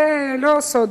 זה לא סוד,